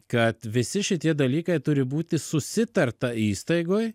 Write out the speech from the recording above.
kad visi šitie dalykai turi būti susitarta įstaigoj